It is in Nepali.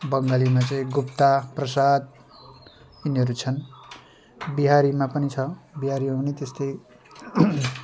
बङ्गालीमा चाहिँ गुप्ता प्रसाद यिनीहरू छन् बिहारीमा पनि छ बिहारीमा त्यस्तै